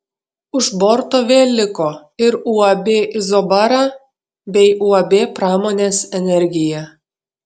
už borto vėl liko ir uab izobara bei uab pramonės energija